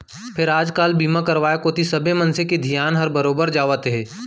फेर आज काल बीमा करवाय कोती सबे मनसे के धियान हर बरोबर जावत हे